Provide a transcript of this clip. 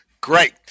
great